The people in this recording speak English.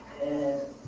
and